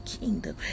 kingdom